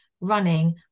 running